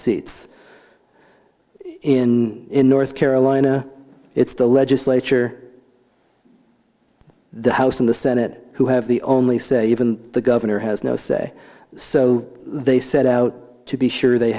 seats in north carolina it's the legislature the house and the senate who have the only say even the governor has no say so they set out to be sure they